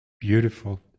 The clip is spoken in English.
Beautiful